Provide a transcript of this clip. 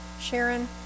Sharon